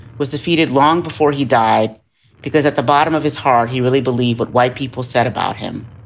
was defeated long before he died because at the bottom of his heart, he really believe what white people said about him.